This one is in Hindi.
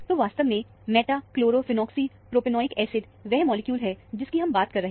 तो वास्तव में मेटा क्लोरोफिनॉक्सीप्रोपीयोनिक एसिड वह मॉलिक्यूल है जिसकी हम बात कर रहे हैं